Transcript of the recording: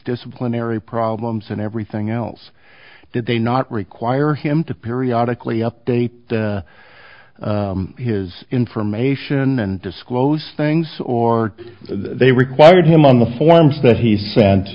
disciplinary problems and everything else that they not require him to periodic lee update his information and disclose things or they required him on the forms that he sent